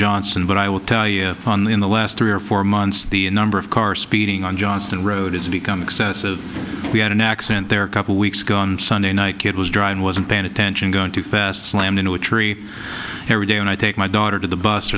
johnson but i will tell you on the in the last three or four months the number of cars speeding on johnston road has become excessive we had an accident there a couple weeks ago on sunday night kid was driving wasn't paying attention to fast slammed into a tree every day and i take my daughter to